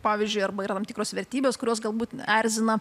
pavyzdžiui arba yra tam tikros vertybės kurios galbūt erzina